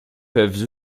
peuvent